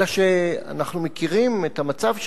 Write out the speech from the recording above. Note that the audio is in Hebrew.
אלא שאנחנו מכירים את המצב,